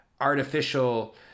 artificial